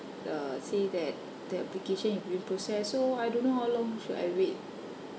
uh say that the application is being processed so I don't know how long should I wait